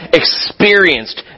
experienced